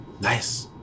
nice